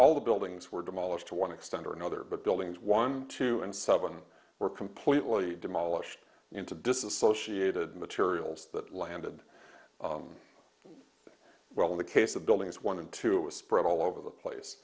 all the buildings were demolished to one extent or another but buildings one two and seven were completely demolished into disassociated materials that landed well in the case of buildings one and two it was spread all over the place